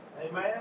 Amen